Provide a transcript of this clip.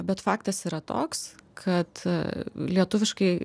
bet faktas yra toks kad lietuviškai